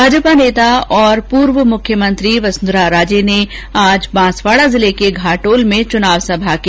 भाजपा नेता और पूर्व मुख्यमंत्री वसुंधरा राजे ने आज बांसवाड़ा जिले के घाटोल में चुनावी सभा की